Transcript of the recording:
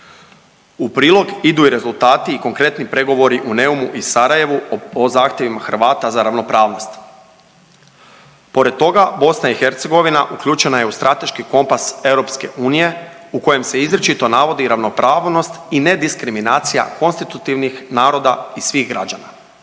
U prilog idu i rezultati i konkretni pregovori u Neumu i Sarajevu o zahtjevima Hrvata za ravnopravnost. Pored toga BiH uključena je u strateški kompas EU u kojem se izričito navodi ravnopravnost i nediskriminacija konstitutivnih naroda i svih građana.